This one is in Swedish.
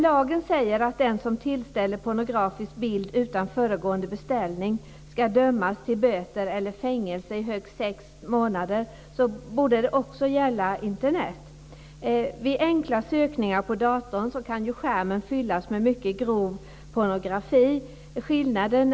Lagen säger att den som tillställer pornografisk bild utan föregående beställning ska dömas till böter eller fängelse i högst sex månader, och detta borde också gälla vad avser Internet. Vid enkla sökningar på datorn kan skärmen fyllas med mycket grov pornografi.